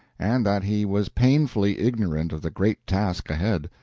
and that he was painfully ignorant of the great task ahead.